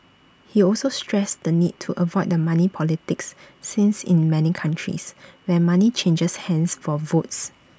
he also stressed the need to avoid the money politics since in many countries where money changes hands for votes